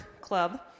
club